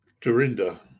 Dorinda